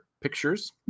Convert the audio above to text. Pictures